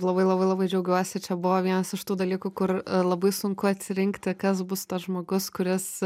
labai labai labai džiaugiuosi čia buvo vienas iš tų dalykų kur labai sunku atsirinkti kas bus tas žmogus kuris